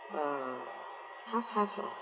ah half half lah